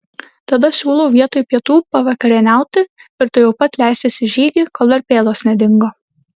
tada siūlau vietoj pietų pavakarieniauti ir tuojau pat leistis į žygį kol dar pėdos nedingo